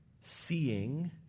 seeing